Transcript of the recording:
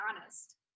honest